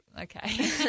okay